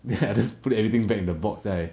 then I just put everything back in the box then I